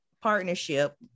partnership